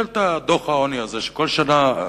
לבטל את דוח העוני הזה שכל שנה,